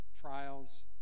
trials